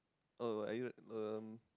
oh are you at um